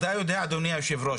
אדוני היו"ר,